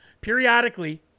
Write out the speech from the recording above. periodically